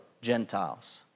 Gentiles